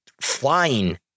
flying